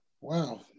Wow